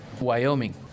wyoming